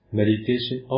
meditation